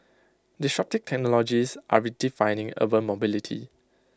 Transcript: disruptive technologies are redefining urban mobility